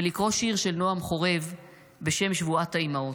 ולקרוא שיר של נעם חורב בשם "שבועת האימהות",